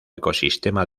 ecosistema